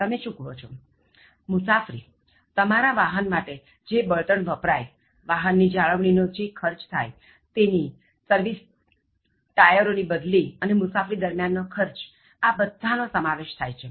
મુસાફરીતમારા વાહન માટે જે બળતણ વપરાયવાહનની જાળવણી નો ખર્ચ તેની સર્વિસ ટાયરોની બદલી અને મુસાફરી દરમ્યાન નો ખર્ચ આ બધા નો સમાવેશ થાય છે